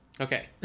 Okay